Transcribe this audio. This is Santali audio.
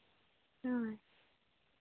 ᱦᱳᱭ